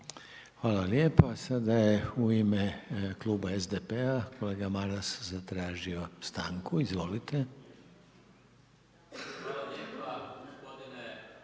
Hvala lijepa. Sada je u ime Kluba SDP-a kolega Maras zatražio stanku. Izvolite. **Maras, Gordan